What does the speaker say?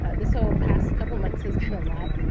this whole past couple months has been a lot,